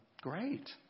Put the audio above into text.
Great